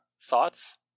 Thoughts